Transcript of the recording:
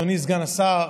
אדוני סגן השר,